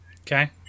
Okay